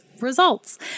results